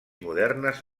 modernes